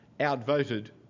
outvoted